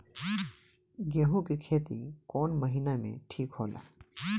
गेहूं के खेती कौन महीना में ठीक होला?